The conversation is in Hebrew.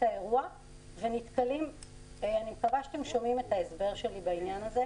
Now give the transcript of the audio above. האירוע והם לא מגיעים להסכמות עם בעלי האולמות.